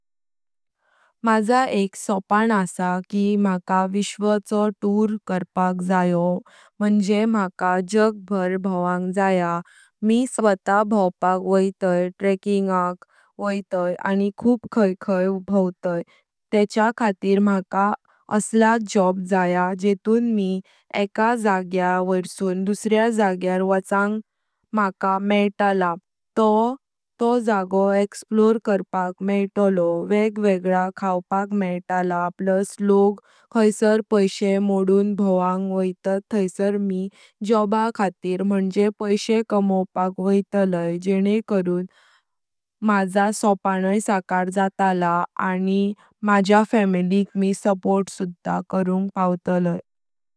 माझा एक स्वप्न आहे की मला विश्वचो टूर करपाक जायो म्हणजे मला जग भर भोंवंग जया मी स्वतः भोवपाक वयताई ट्रेसिंगेक वयताई आणि खूप खाय खाय भोंवती, तेच्या खातीर मला असलात जॉब जया जेथून मी एका जाग्या वोइरसुं दुसऱ्या जाग्यार वाचांग, मला मैतल, तोह तोह जगो एक्सप्लोर करपाक मैतलो वेग वेगळा खवपाक मैतलो प्लस लोक खाइसर पैशे मोडून भोंवपाक वयतात, तहैसर मी जोबाच खातीर म्हणजे पैसे कमवपाक वयतलाई। जेन करुन माझा स्वप्नाय सकार जातला आणि माझ्या फॅमिलीएक मी सपोर्टै करुंग पावतालै।